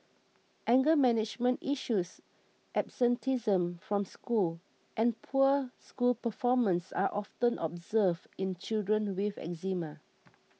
anger management issues absenteeism from school and poor school performance are often observed in children with eczema